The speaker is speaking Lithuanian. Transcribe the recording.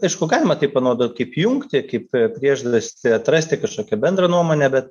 aišku galima tai panaudot kaip jungtį kaip priežastį atrasti kažkokią bendrą nuomonę bet